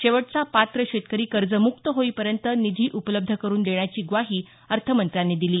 शेवटचा पात्र शेतकरी कर्जम्क्त होईपर्यत निधी उपलब्ध करून देण्याची ग्वाही अर्थमंत्र्यांनी दिली